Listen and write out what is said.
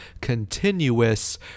continuous